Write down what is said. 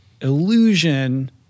illusion